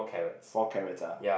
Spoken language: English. four carrots ah